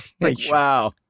Wow